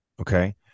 Okay